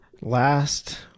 Last